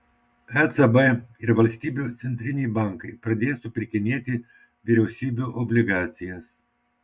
ecb ir valstybių centriniai bankai pradės supirkinėti vyriausybių obligacijas